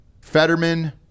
Fetterman